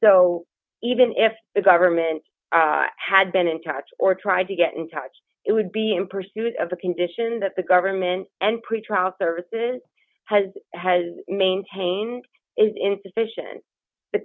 so even if the government had been in touch or tried to get in touch it would be in pursuit of the condition that the government and pretrial services has has maintained is insufficient the